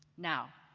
now,